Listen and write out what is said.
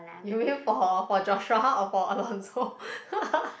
you mean for for Joshua or for Alonso